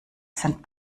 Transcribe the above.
sind